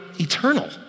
eternal